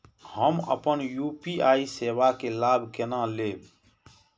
हम अपन यू.पी.आई सेवा के लाभ केना लैब?